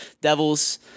Devils